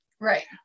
Right